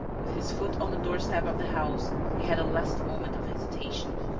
with his foot on the doorstep of the house, he had a last moment of hesitation.